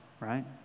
right